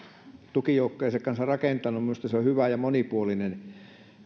tukijoukkojensa kanssa rakentanut on hyvä ja monipuolinen